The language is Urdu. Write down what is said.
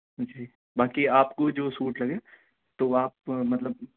جی باقی آپ کو جو سوٹ لگے تو آپ مطلب